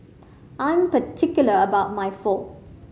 I'm particular about my Pho